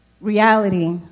reality